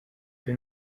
que